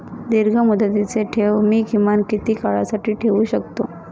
दीर्घमुदतीचे ठेव मी किमान किती काळासाठी ठेवू शकतो?